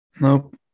Nope